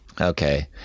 Okay